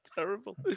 Terrible